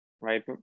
Right